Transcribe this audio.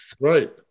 right